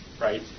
right